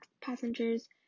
passengers